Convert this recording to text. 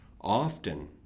Often